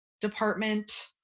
Department